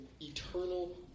eternal